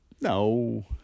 No